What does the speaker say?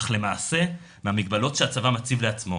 אך למעשה מהמגבלות שהצבא מציב לעצמו,